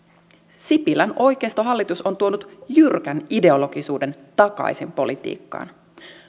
sipilän oikeistohallitus on tuonut jyrkän ideologisuuden takaisin politiikkaan